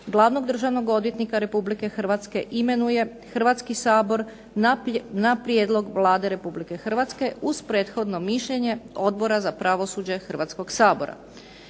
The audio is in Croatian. glavnog državnog odvjetnika RH imenuje Hrvatski sabor na prijedlog Vlade Republike Hrvatske uz prethodno mišljenje Odbora za pravosuđe Hrvatskog sabora.